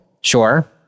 Sure